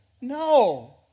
No